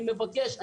אני מבקש,